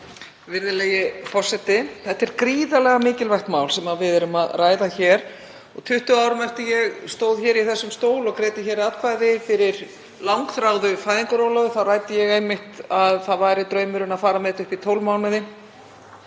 Virðulegi forseti. Þetta er gríðarlega mikilvægt mál sem við erum að ræða hér 20 árum eftir að ég stóð í þessum stól og greiddi atkvæði með langþráðu fæðingarorlofi en þá ræddi ég einmitt að það væri draumurinn að fara með það upp í 12 mánuði